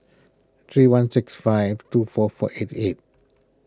three one six five two four four eight eight